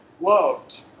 loved